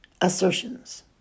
assertions